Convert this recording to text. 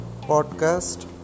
podcast